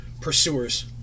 pursuers